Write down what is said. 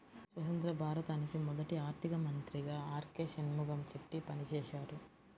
స్వతంత్య్ర భారతానికి మొదటి ఆర్థిక మంత్రిగా ఆర్.కె షణ్ముగం చెట్టి పనిచేసారు